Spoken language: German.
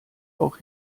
auch